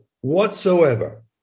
whatsoever